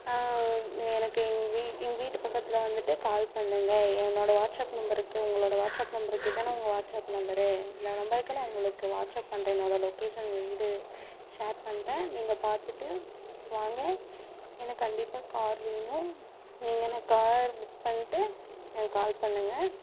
எனக்கு எங்கள் வீ எங்கள் வீட்டு பக்கத்தில் வந்துவிட்டு கால் பண்ணுங்கள் என்னோடய வாட்ஸ்ஆப் நம்பருக்கு உங்களுடைய வாட்ஸ்ஆப் நம்பருக்கு இதானே உங்கள் வாட்ஸ்ஆப் நம்பரு இந்த நம்பருக்கு நான் உங்களுக்கு வாட்ஸ்ஆப் பண்றேங்க என்னோடய லொக்கேஷன் வீடு ஷேர் பண்ணுறேன் நீங்கள் பார்த்துட்டு வாங்க ஏன்னா கண்டிப்பாக கார் வேணும் நீங்கள் எனக்கு கார் புக் பண்ணிட்டு எனக்கு கால் பண்ணுங்கள்